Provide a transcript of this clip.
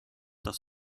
das